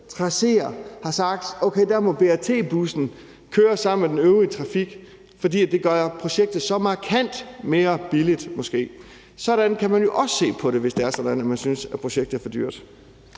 traceer har sagt, at okay, der må BRT-bussen køre sammen med den øvrige trafik, fordi det måske gør projektet så markant mere billigt. Sådan kan man jo også se på det, hvis man synes, at projektet er for dyrt.